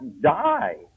die